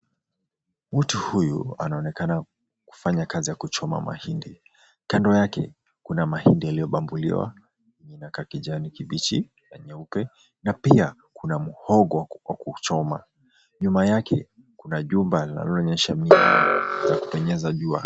Mtu huyu, anaonekana kufanya kazi ya kuchoma mahindi. Kando yake kuna mahindi yaliyobanduliwa, inakaa kijani kibichi na nyeupe na pia, kuna muhogo wa kuchoma. Nyuma yake, kuna jumba inayoonyesha kupenyeza jua.